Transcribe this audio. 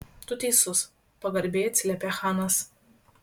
tu teisus pagarbiai atsiliepė chanas